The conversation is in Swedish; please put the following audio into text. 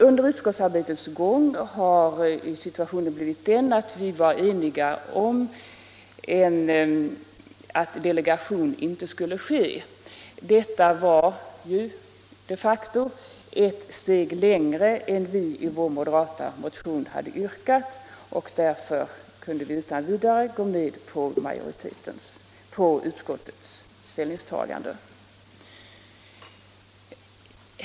Under utskottsarbetets gång blev vi emellertid eniga om att någon delegation inte skulle förekomma, och detta var ju de facto ett steg längre än vi hade yrkat i vår motion, och därför kunde vi utan vidare gå med på utskottets ställningstagande.